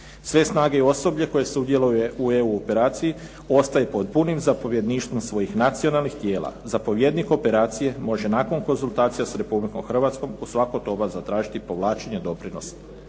Sve snage i osoblje koje sudjeluje u EU operaciji ostaje pod punim zapovjedništvom svojih nacionalnih tijela, zapovjednik operacije može nakon konzultacija sa Republikom Hrvatskom u svako doba zatražiti povlačenje doprinos